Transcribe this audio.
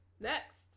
Next